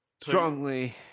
strongly